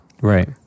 Right